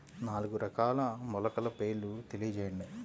నాలుగు రకాల మొలకల పేర్లు తెలియజేయండి?